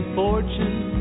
fortune